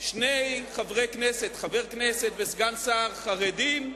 שני חברי כנסת, חבר כנסת וסגן שר, חרדים,